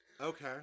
Okay